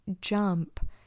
jump